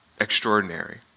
extraordinary